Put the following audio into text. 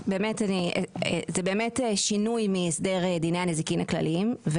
זה באמת שינוי מהסדר דיני הנזיקין הכלליים.